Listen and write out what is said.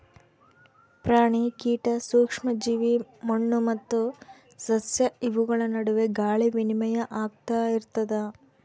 ಪ್ರಾಣಿ ಕೀಟ ಸೂಕ್ಷ್ಮ ಜೀವಿ ಮಣ್ಣು ಮತ್ತು ಸಸ್ಯ ಇವುಗಳ ನಡುವೆ ಗಾಳಿ ವಿನಿಮಯ ಆಗ್ತಾ ಇರ್ತದ